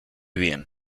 bien